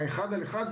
אחד על אחד,